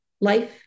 life